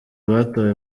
batowe